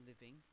living